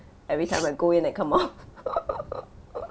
every time I go in and come out